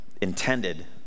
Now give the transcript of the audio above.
intended